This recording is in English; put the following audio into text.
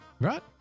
Right